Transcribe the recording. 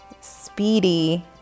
speedy